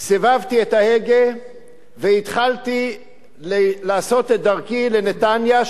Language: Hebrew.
סובבתי את ההגה והתחלתי לעשות את דרכי לנתניה.